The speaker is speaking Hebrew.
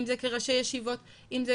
אם זה